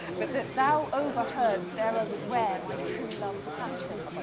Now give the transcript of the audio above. but that thou overheard'st, ere i was ware, my true love passion